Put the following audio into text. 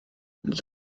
nid